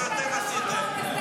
מה אתם עשיתם?